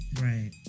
Right